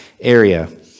area